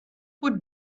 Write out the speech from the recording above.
would